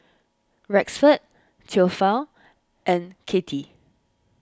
Rexford theophile and Katie